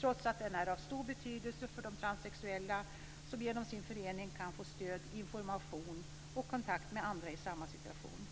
trots att den är av stor betydelse för de transsexuella som genom sin förening kan få stöd, information och kontakt med andra i samma situation.